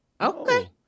Okay